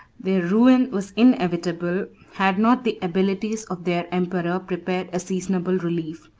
their ruin was inevitable, had not the abilities of their emperor prepared a seasonable relief.